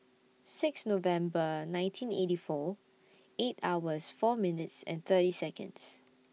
six November nineteen eighty four eight hours four minutes and thirty Seconds